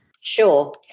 Sure